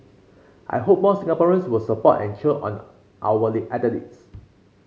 I hope more Singaporeans will support and cheer on our athletes